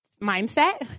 mindset